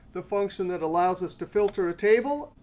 the function that allows us to filter a table,